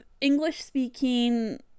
english-speaking